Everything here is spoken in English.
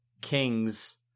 kings